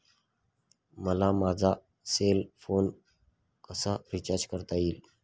मला माझा cell phone कसा रिचार्ज करता येईल?